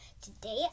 Today